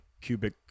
cubic